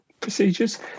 procedures